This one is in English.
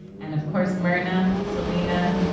and, of course, myrna, selina,